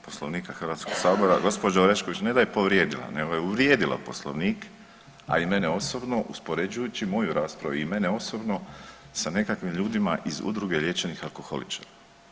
Poslovnika Hrvatskog sabora gospođa Orešković ne da je povrijedila nego je uvrijedila Poslovnik, a i mene osobno uspoređujući moju raspravu i mene osobno sa nekakvim ljudima iz udruge liječenih alkoholičara.